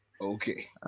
Okay